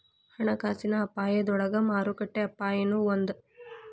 ಹಣಕಾಸಿನ ಅಪಾಯದೊಳಗ ಮಾರುಕಟ್ಟೆ ಅಪಾಯನೂ ಒಂದ್